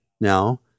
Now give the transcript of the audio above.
now